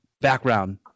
background